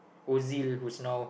Ozil who's now